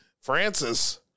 Francis